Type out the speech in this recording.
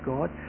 God